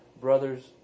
brothers